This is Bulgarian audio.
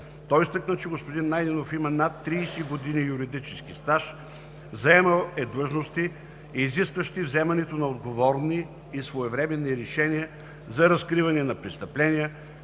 Той изтъкна, че господин Найденов има над 30 години юридически стаж, заемал е длъжности, изискващи вземането на отговорни и своевременни решения за разкриване на престъпления,